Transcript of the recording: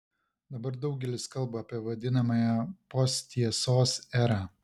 dabar daugelis kalba apie vadinamąją posttiesos erą